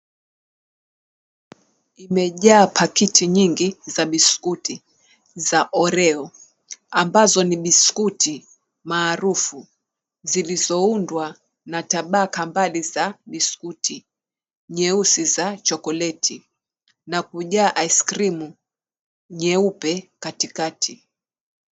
Imejaa pakiti nyingi za biskuti za oreo ambazo ni biskuti maarufu zilizoundwa na tabaka mbali za biskuti nyeusi za chokoleti na kujaa ice cream nyeupe katikati.